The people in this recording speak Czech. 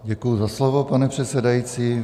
Děkuji za slovo, pane předsedající.